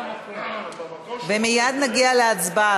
ומייד נגיע להצבעה,